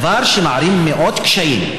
דבר שמערים עלינו הרבה קשיים.